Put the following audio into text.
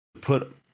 put